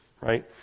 right